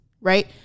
right